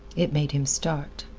it made him start.